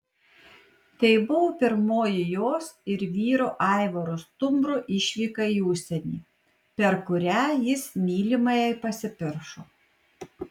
tai buvo pirmoji jos ir vyro aivaro stumbro išvyka į užsienį per kurią jis mylimajai pasipiršo